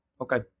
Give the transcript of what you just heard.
okay